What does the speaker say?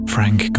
Frank